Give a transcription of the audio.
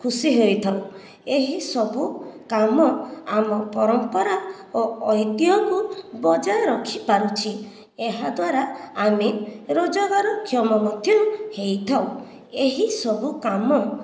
ଖୁସି ହୋଇଥାଉ ଏହି ସବୁ କାମ ଆମ ପରମ୍ପରା ଓ ଐତିହକୁ ବଜାୟ ରଖି ପାରୁଛି ଏହାଦ୍ୱାରା ଆମେ ରୋଜଗାରକ୍ଷମ ମଧ୍ୟ ହୋଇଥାଉ ଏହି ସବୁ କାମ